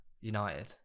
United